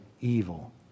evil